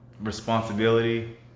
responsibility